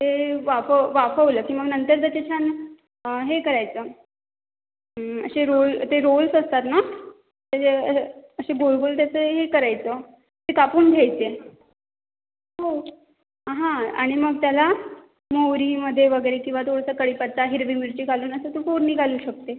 ते वाफाव वाफावलं की मग नंतर त्याचे छान हे करायचं असे रोल ते रोल्स असतात ना त्याचे अ असे गोल गोल त्याचे हे करायचं ते कापून घ्यायचे हो हं आणि मग त्याला मोहरीमध्ये वगैरे किंवा थोडासा कढीपत्ता हिरवी मिरची घालून असं तू फोडणी घालू शकते